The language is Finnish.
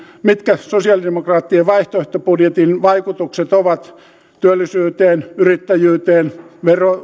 mitkä sosialidemokraattien vaihtoehtobudjetin vaikutukset ovat työllisyyteen yrittäjyyteen